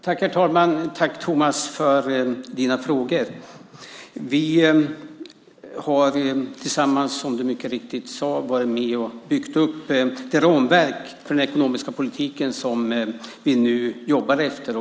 Herr talman! Tack, Thomas, för dina frågor. Vi har tillsammans, som du mycket riktigt sade, varit med och byggt upp det ramverk för den ekonomiska politiken vi nu jobbar efter.